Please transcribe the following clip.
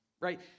right